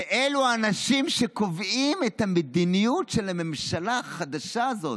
ואלו האנשים שקובעים את המדיניות של הממשלה החדשה הזאת.